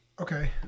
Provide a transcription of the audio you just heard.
Okay